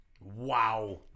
Wow